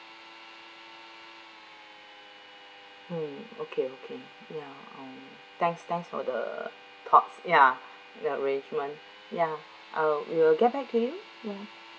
mm okay okay ya mm thanks thanks for the thoughts ya the arrangement ya uh we will get back to you ya